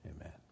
Amen